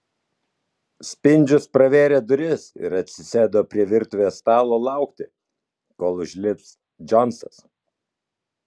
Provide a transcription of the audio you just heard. spindžius pravėrė duris ir atsisėdo prie virtuvės stalo laukti kol užlips džonsas